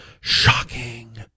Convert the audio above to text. Shocking